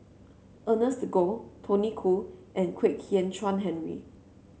Ernest Goh Tony Khoo and Kwek Hian Chuan Henry